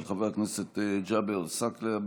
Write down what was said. של חבר הכנסת ג'אבר עסאקלה,